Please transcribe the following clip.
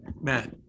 Matt